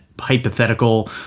hypothetical